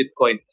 Bitcoin